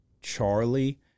Charlie